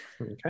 Okay